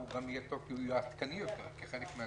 הוא יהיה גם עדכני יותר כי חלק מן